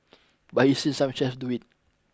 but he's seen some chefs do it